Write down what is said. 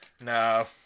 No